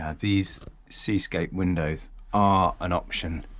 and these seascape windows are an option